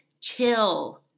Chill